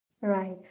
Right